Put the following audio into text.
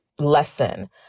lesson